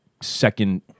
second